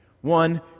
One